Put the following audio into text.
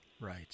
Right